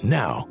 now